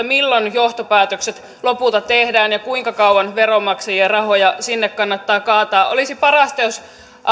milloin johtopäätökset lopulta tehdään ja kuinka kauan veronmaksajien rahoja sinne kannattaa kaataa olisi parasta jos